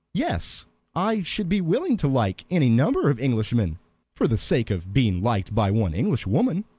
yes i should be willing to like any number of englishmen for the sake of being liked by one englishwoman.